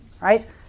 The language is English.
Right